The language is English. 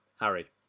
Harry